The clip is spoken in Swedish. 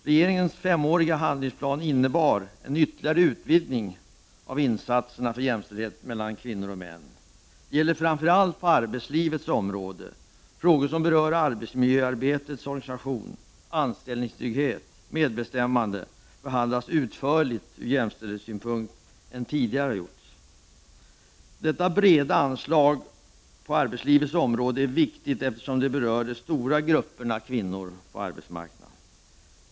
Regeringens femåriga handlingsplan innebar en ytterligare utvidgning av insatserna för jämställdhet mellan kvinnor och män. Det gäller framför allt på arbetslivets område. Frågor som berör arbetsmiljöarbetets organisation, anställningstrygghet och medbestämmande behandlas mer utförligt ur jämställdhetssynpunkt än tidigare. Detta breda anslag på arbetslivets område är viktigt, eftersom det berör de stora grupperna kvinnor på arbetsmarknaden.